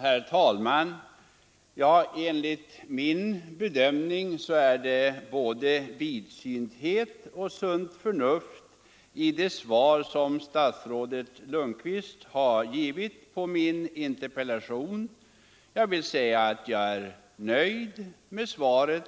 Herr talman! Enligt min bedömning är det både vidsynthet och sunt förnuft i det svar som statsrådet Lundkvist här har givit på min interpellation. Jag är nöjd med svaret